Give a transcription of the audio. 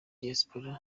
diaspora